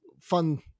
fun